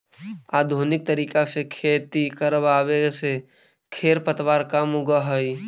आधुनिक तरीका से खेती करवावे से खेर पतवार कम उगह हई